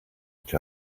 each